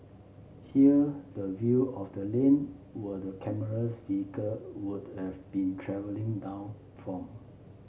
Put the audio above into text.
here the view of the lane were the camera's vehicle would have been travelling down from